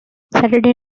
saturday